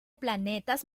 planetas